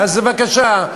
אז בבקשה,